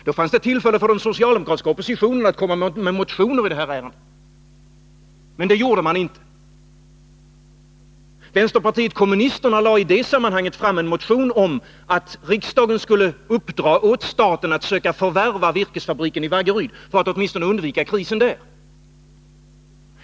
Då fanns det också tillfälle för den socialdemokratiska oppositionen att väcka motioner i ärendet. Men det gjorde man inte. Vänsterpartiet kommunisterna lade i det sammanhanget fram en motion om att riksdagen skulle uppdra åt staten att söka förvärva virkesfabriken i Vaggeryd för att åtminstone undvika krisen där.